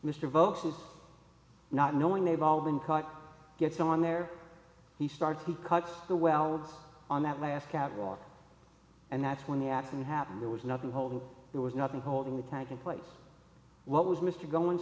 mr votes is not knowing they've all been caught gets on there he starts to cut the welds on that last catwalk and that's when the accident happened there was nothing holding there was nothing holding the bag in place what was mr